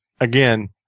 again